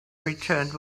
returned